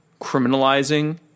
criminalizing